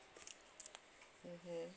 mmhmm